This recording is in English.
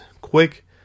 quick